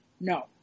no